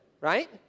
right